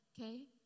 okay